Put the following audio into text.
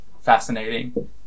fascinating